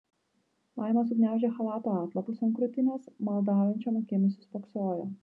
laima sugniaužė chalato atlapus ant krūtinės maldaujančiom akim įsispoksojo